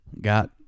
got